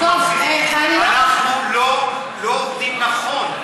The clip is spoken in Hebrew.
אנחנו לא עובדים נכון.